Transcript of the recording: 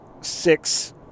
six